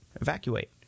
evacuate